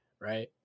right